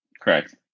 Correct